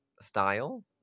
style